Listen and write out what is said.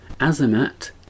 Azamat